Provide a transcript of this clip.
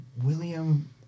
William